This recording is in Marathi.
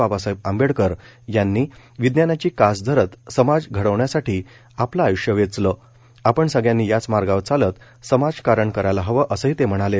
बाबासाहेब आंबेडकर यांनी विज्ञानाची कास धरत समाज घडवण्यासाठी आपलं आय्ष्य वेचलं आपण सगळ्यांनी याच मार्गावर चालत समाजकारण करायला हवं असंही ते म्हणाले